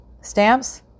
stamps